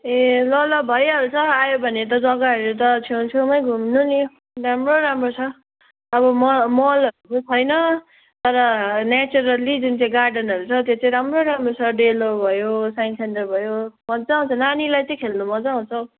ए ल ल भइहाल्छ आयो भने त जग्गाहरू त छेउ छेउमै घुम्नु नि राम्रो राम्रो छ अब म मलहरू त छैन तर नेचरली जुन चाहिँ गार्डनहरू छ त्यो चाहिँ राम्रो राम्रो छ डेलो भयो साइन्स सेन्टर भयो मज्जा आउँछ नानीलाई चाहिँ खेल्नु मज्जा आउँछौ